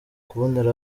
kubonera